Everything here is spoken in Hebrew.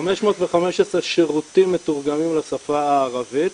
515 שירותים מתורגמים לשפה הערבית.